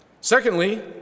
Secondly